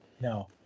No